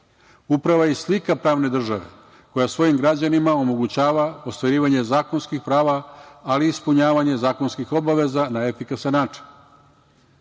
je i slika pravne države koja svojim građanima omogućava ostvarivanje zakonskih prava, ali i ispunjavanje zakonskih obaveza na efikasan način.U